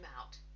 out